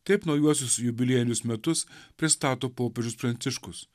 taip naujuosius jubiliejinius metus pristato popiežius pranciškus